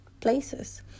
places